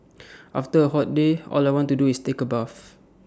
after A hot day all I want to do is take A bath